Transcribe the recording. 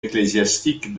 ecclésiastique